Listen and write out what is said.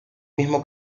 mismo